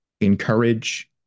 encourage